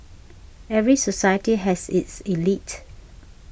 every society has its elite